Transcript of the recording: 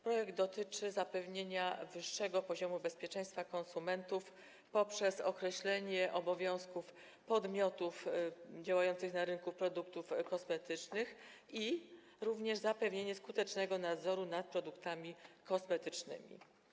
Projekt dotyczy zapewnienia wyższego poziomu bezpieczeństwa konsumentów poprzez określenie obowiązków podmiotów działających na rynku produktów kosmetycznych i również zapewnienia skutecznego nadzoru nad produktami kosmetycznymi.